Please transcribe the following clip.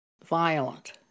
violent